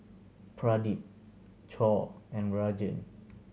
Pradip Choor and Rajan